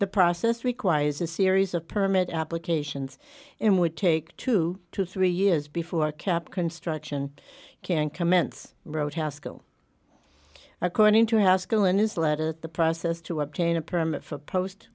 the process requires a series of permit applications and would take two to three years before cap construction can commence wrote haskell according to house go in his letter to the process to obtain a permit for post